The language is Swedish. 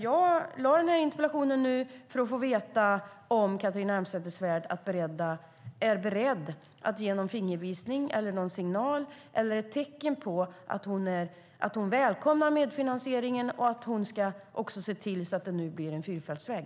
Jag ställde den här interpellationen för att få veta om Catharina Elmsäter-Svärd är beredd att ge någon fingervisning, någon signal eller något tecken på att hon välkomnar medfinansieringen och att hon också ska se till att det nu blir en fyrfältsväg.